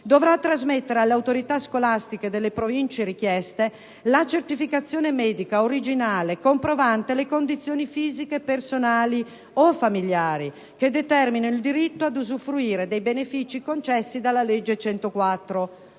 dovrà trasmettere alle autorità scolastiche delle province richieste, la certificazione medica originale comprovante le condizioni fisiche personali o familiari che determinano il diritto ad usufruire dei benefici concessi dalla legge n.